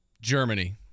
Germany